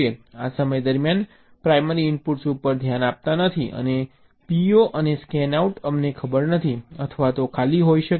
આ સમય દરમિયાન પ્રાઇમરી ઇનપુટ્સ ઉપર ધ્યાન આપતા નથી અને PO અને સ્કેનઆઉટ અમને ખબર નથી અથવા તે ખાલી હોઈ શકે છે